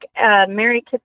Mary